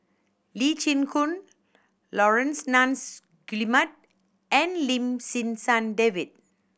Lee Chin Koon Laurence Nunns Guillemard and Lim Sim San David